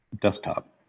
desktop